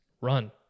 run